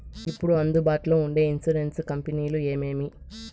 ఇప్పుడు అందుబాటులో ఉండే ఇన్సూరెన్సు కంపెనీలు ఏమేమి?